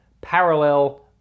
parallel